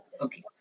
Okay